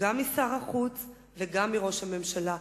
גם משר החוץ וגם מראש הממשלה.